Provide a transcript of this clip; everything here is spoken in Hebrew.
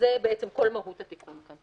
זאת כל מהות התיקון כאן.